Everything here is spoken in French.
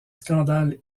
scandales